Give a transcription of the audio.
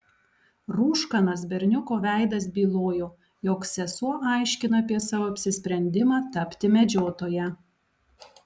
rūškanas berniuko veidas bylojo jog sesuo aiškina apie savo apsisprendimą tapti medžiotoja